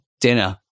dinner